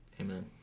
Amen